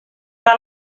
pas